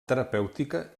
terapèutica